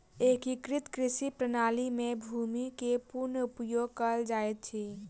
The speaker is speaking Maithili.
एकीकृत कृषि प्रणाली में भूमि के पूर्ण उपयोग कयल जाइत अछि